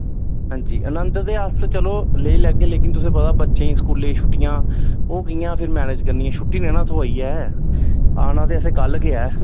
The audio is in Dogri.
हां जी आनंद ते अस चलो लेई लैगे लेकिन तुसेंगी पता बच्चें गी स्कूलें छुट्टियां ओह् कियां फ्ही मैनेज करनियां छुट्टी नि ना थोहा दी ऐ आना ते असें कल गै ऐ